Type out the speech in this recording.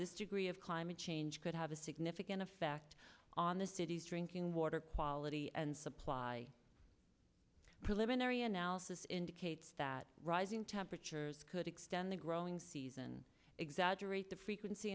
this degree of climate change could have a significant effect on the city's drinking water quality and supply preliminary analysis indicates that rising temperatures could extend the growing season exaggerate the frequency